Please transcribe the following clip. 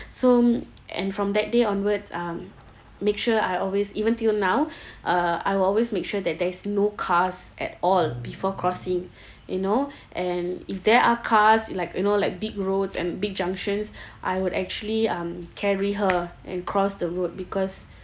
so mm and from that day onwards um make sure I always even till now uh I will always make sure that there is no cars at all before crossing you know and if there are cars uh like you know like big roads and big junctions I would actually um carry her and cross the road because